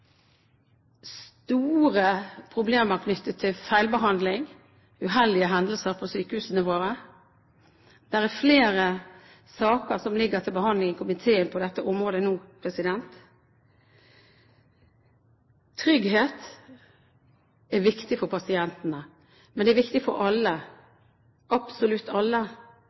store problemer knyttet til feilbehandling, med uheldige hendelser på sykehusene våre. Det er flere saker som nå ligger til behandling i komiteen på dette området. Trygghet er viktig for pasientene, men det er viktig for alle, absolutt alle.